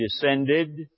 descended